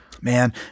Man